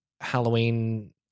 Halloween